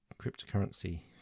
cryptocurrency